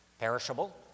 perishable